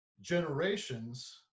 generations